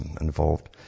involved